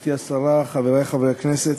גברתי השרה, חברי חברי הכנסת,